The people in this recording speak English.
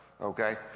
Okay